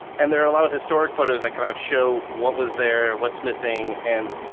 and there are a lot of historic photos that kind of show what was there what's missing and,